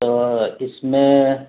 تو اس میں